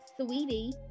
Sweetie